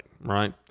right